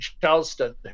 Charleston